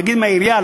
נגיד מהעירייה,